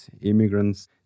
immigrants